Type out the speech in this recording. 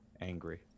angry